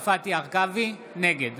הרכבי, נגד